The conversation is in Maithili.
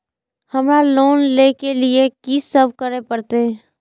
हमरा लोन ले के लिए की सब करे परते?